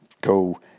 go